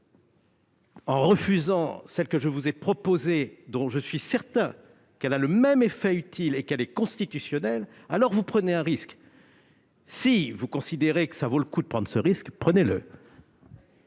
en refusant celle que je vous ai proposée et dont je suis certain à la fois qu'elle aura le même effet utile et qu'elle est constitutionnelle, alors vous prendrez un risque. Si vous considérez que cela vaut le coup, prenez-le